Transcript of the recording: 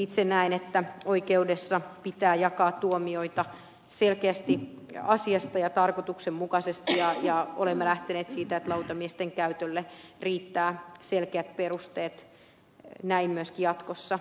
itse näen että oikeudessa pitää jakaa tuomioita selkeästi asiasta ja tarkoituksenmukaisesti ja olemme lähteneet siitä että lautamiesten käytölle riittää selkeät perusteet näin myöskin jatkossa tehdä